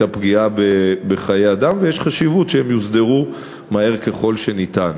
הפגיעה בחיי אדם וחשוב שהן יוסדרו מהר ככל הניתן.